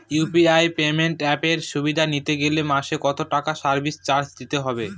UPI payment অ্যাপের সুবিধা নিতে গেলে মাসে কত টাকা সার্ভিস চার্জ দিতে হবে?